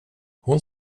hon